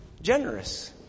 generous